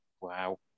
Wow